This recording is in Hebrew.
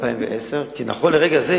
כי נכון לרגע זה